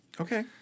Okay